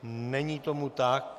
Není tomu tak.